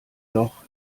loch